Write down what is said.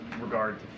regard